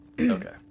Okay